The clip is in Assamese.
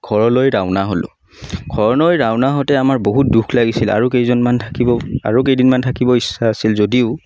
ঘৰলৈ ৰাওনা হ'লোঁ ঘৰলৈ ৰাওনা হওঁতে আমাৰ বহুত দুখ লাগিছিলে আৰু কেইজনমান থাকিব আৰু কেইদিনমান থাকিব ইচ্ছা আছিল যদিও